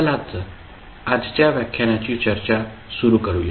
चला तर आजच्या व्याख्यानाची चर्चा सुरू करूया